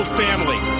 family